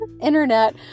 internet